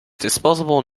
disposable